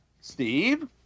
Steve